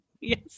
yes